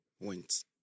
went